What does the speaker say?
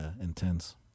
Intense